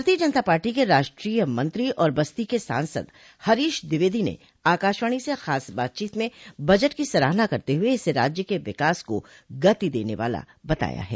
भारतीय जनता पार्टी के राष्ट्रीय मंत्री और बस्ती के सांसद हरीश द्विवेदी ने आकाशवाणी से खास बातचीत में बजट की सराहना करते हुए इसे राज्य के विकास को गति देने वाला बताया है